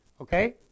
Okay